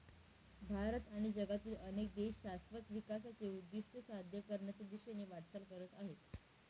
भारत आणि जगातील अनेक देश शाश्वत विकासाचे उद्दिष्ट साध्य करण्याच्या दिशेने वाटचाल करत आहेत